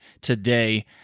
today